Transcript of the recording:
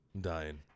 dying